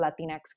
Latinx